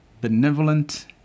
benevolent